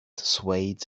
swayed